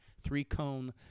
three-cone –